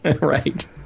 Right